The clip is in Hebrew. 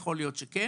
יכול להיות שכן.